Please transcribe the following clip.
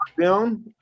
Down